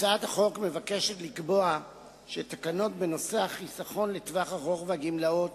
הצעת החוק מבקשת לקבוע שתקנות בנושא החיסכון לטווח ארוך והגמלאות